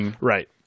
Right